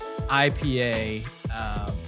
IPA